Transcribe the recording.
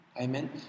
Amen